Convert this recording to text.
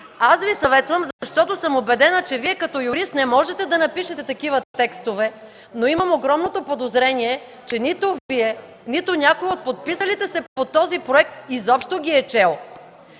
Съветвам Ви, защото съм убедена, че Вие като юрист не можете да напишете такива текстове. Имам огромното подозрение обаче, че нито Вие, нито някой от подписалите се под този проект изобщо ги е чел.